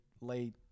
late